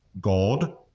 God